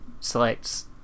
selects